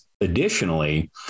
additionally